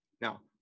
now